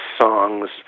songs